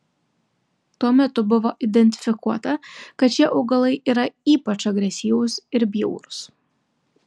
tuo metu buvo identifikuota kad šie augalai yra ypač agresyvūs ir bjaurūs